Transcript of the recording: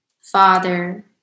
Father